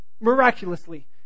Miraculously